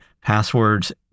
passwords